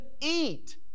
eat